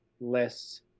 less